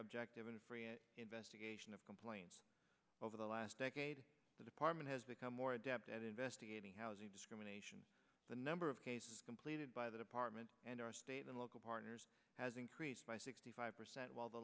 objective and investing of complaints over the last decade the department has become more adept at investigating housing discrimination the number of cases completed by the department and our state and local partners has increased by sixty five percent while the